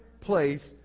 place